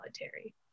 military